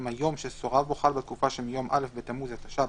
אם היום שסורב בו חל בתקופה שמיום א׳ בתמוז התש״ף